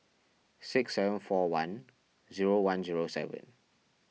six seven four one zero one zero seven